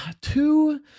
two